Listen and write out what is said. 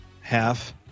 half